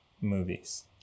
movies